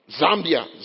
Zambia